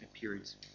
periods